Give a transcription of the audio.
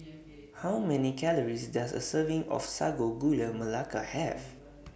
How Many Calories Does A Serving of Sago Gula Melaka Have